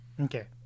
okay